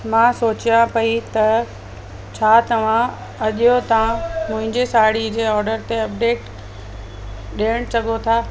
मां सोचियां पई त छा तव्हां अॼु ताईं मुंहिंजे साड़ी जे ऑडर ते अपडेट ॾियणु सघो था